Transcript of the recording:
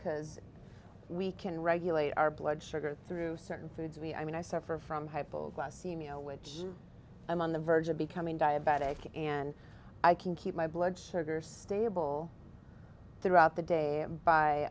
because we can regulate our blood sugar through certain foods we i mean i suffer from hypoglycemia which i'm on the verge of becoming diabetic and i can keep my blood sugar stable throughout the day and